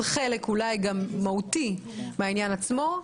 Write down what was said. זה חלק מהותי מהעניין עצמו.